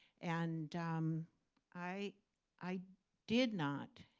and um i i did not,